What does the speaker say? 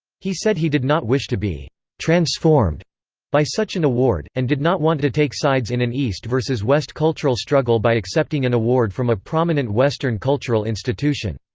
he said he did not wish to be transformed by such an award, and did not want to take sides in an east vs. west cultural struggle by accepting an award from a prominent western cultural institution.